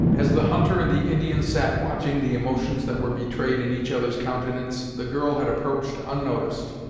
as the hunter and the indian sat watching the emotions that were betrayed in each other's countenance, the girl had approached unnoticed,